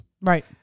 Right